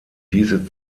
diese